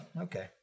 Okay